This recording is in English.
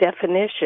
definition